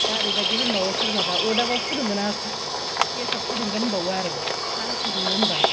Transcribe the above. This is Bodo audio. दा ओरैबायदि होनबावो सोरबाबा अरदाबाव फुदुंगोन ना गेसआव फुदुंगोन होनबावो आरो साहा फुदुंनो होनबा